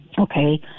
okay